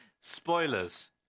Spoilers